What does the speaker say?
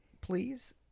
please